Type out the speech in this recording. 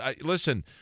listen